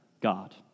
God